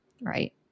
Right